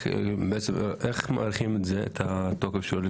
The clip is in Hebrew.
איך מאריכים את התוקף שלו?